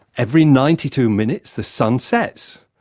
every ninety two minutes, the sun sets.